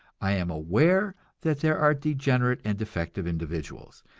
i am aware that there are degenerate and defective individuals,